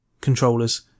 controllers